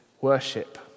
worship